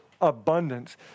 abundance